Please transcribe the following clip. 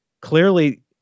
Clearly